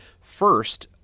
First